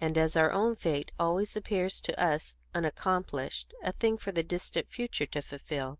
and as our own fate always appears to us unaccomplished, a thing for the distant future to fulfil,